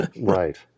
right